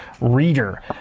reader